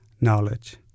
Knowledge